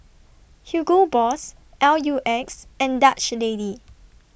Hugo Boss L U X and Dutch Lady